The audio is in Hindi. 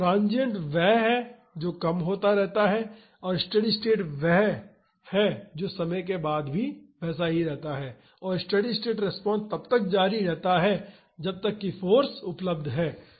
ट्रांसिएंट वह है जो कम होता रहता है और स्टेडी स्टेट में यह जैसा है कुछ समय बाद भी रहता है और स्टेडी स्टेट रिस्पांस तब तक जारी रहता है जब तक फाॅर्स उपलब्ध है